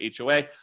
HOA